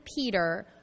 Peter